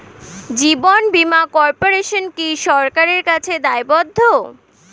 জীবন বীমা কর্পোরেশন কি সরকারের কাছে দায়বদ্ধ?